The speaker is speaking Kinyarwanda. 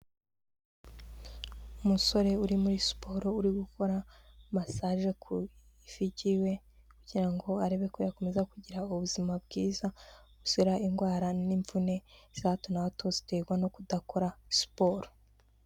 Umusore uri muri siporo uri gukora masaje ku ivi ryiwe kugira ngo arebe ko yakomeza kugira ubuzima bwiza buzira indwara n'imvune za hato na hato ziterwa no kudakora siporo.